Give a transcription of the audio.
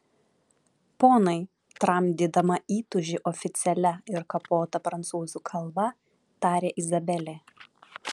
ponai tramdydama įtūžį oficialia ir kapota prancūzų kalba tarė izabelė